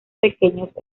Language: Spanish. pequeños